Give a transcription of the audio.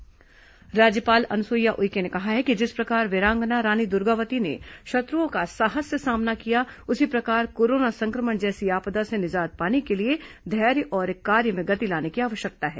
रानी दुर्गावती बलिदान दिवस राज्यपाल अनुसुईया उइके ने कहा है कि जिस प्रकार वीरांगना रानी दुर्गावती ने शत्रुओं को साहस से सामना किया उसी प्रकार कोरोना सं क्र मण जैसी आपदा से निजात पाने के लिए धैर्य और कार्य में गति लाने की आवश्यकता है